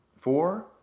four